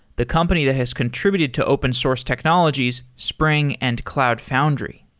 the company that has contributed to open source technologies, spring and cloud foundry.